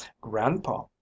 grandpa